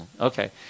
Okay